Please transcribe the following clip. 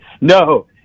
No